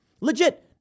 Legit